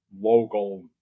local